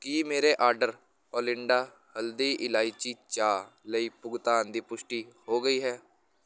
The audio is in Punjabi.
ਕੀ ਮੇਰੇ ਆਰਡਰ ਓਲਿੰਡਾ ਹਲਦੀ ਇਲਾਇਚੀ ਚਾਹ ਲਈ ਭੁਗਤਾਨ ਦੀ ਪੁਸ਼ਟੀ ਹੋ ਗਈ ਹੈ